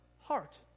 heart